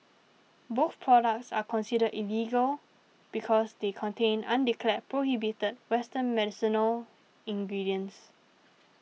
both products are considered illegal because they contain undeclared prohibited western medicinal ingredients